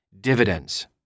dividends